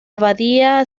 abadía